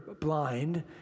blind